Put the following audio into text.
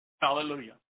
Hallelujah